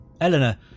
Eleanor